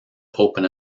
open